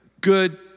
good